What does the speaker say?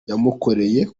yamukoreye